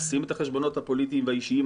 לשים את החשבונות הפוליטיים והאישיים,